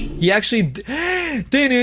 he actually did yeah